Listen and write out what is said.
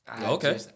Okay